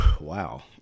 Wow